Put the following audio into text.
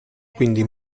quindi